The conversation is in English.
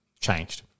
changed